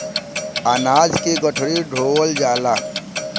अनाज के गठरी धोवल जाला